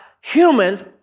humans